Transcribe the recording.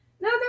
No